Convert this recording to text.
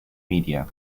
media